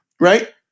right